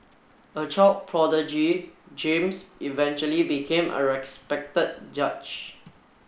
a child prodigy James eventually became a respected judge